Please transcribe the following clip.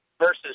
versus